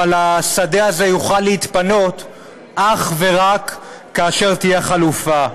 אבל השדה הזה יוכל להתפנות אך ורק כאשר תהיה חלופה.